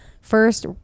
first